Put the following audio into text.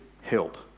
help